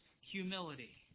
humility